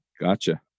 Gotcha